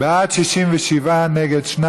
להעביר את הצעת חוק התקנת מצלמות לשם